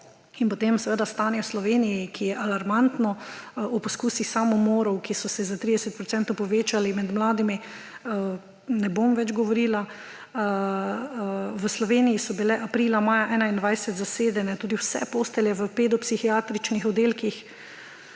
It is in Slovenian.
Potem seveda stanje v Sloveniji, ki je alarmantno, o poizkusih samomorov, ki so se za 30 procentov povečali med mladimi, ne bom več govorila. V Sloveniji so bile aprila maja 2021 zasedene tudi vse postelje v pedopsihiatričnih oddelkih,